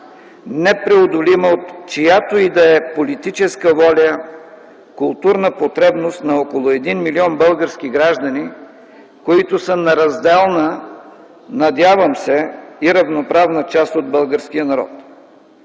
непреодолима от чиято и да е политическа воля културна потребност на около 1 милион български граждани, които са неразделна и надявам се - равноправна част от българския народ.